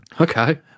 Okay